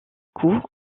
cour